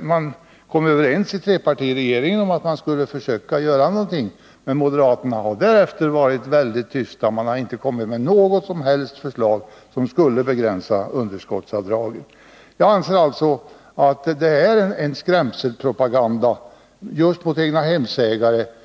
Man kom i trepartiregeringen överens om att man skulle försöka göra någonting, men moderaterna har därefter varit väldigt tysta. Man har inte kommit med något som helst förslag som skulle leda till en begränsning av underskottsavdragen. Jag anser alltså att det är fråga om en skrämselpropaganda just mot egnahemsägare.